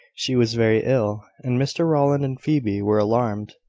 she was very ill, and mr rowland and phoebe were alarmed.